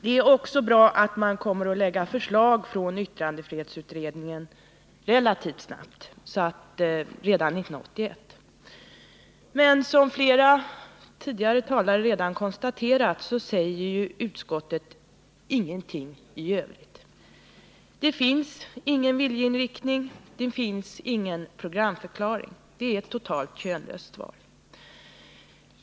Det är också bra att yttrandefrihetsutredningen kommer att framlägga ett förslag relativt snabbt — redan 1981. Men som flera tidigare talare redan konstaterat säger utskottet ingenting i övrigt. Det finns ingen viljeinriktning, det finns ingen programförklaring — betänkandet är ett helt könlöst svar på motionen.